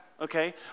okay